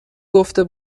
گفته